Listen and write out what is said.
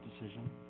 decision